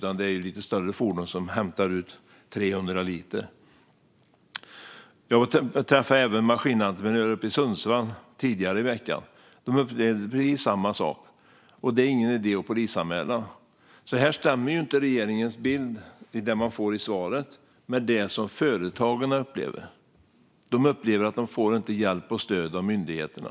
Det krävs lite större fordon för att hämta ut 300 liter. Tidigare i veckan träffade jag maskinentreprenörer i Sundsvall. De upplever precis samma sak. De sa att det inte är någon idé att polisanmäla. Den bild som regeringen ger i interpellationssvaret stämmer inte med det som företagen upplever. De upplever att de inte får hjälp och stöd av myndigheterna.